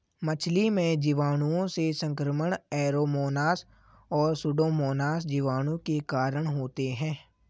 मछली में जीवाणुओं से संक्रमण ऐरोमोनास और सुडोमोनास जीवाणु के कारण होते हैं